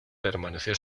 permaneció